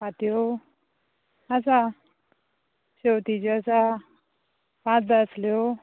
फांत्यो आसा शेवतीच्यो आसा पांच जाय आसल्यो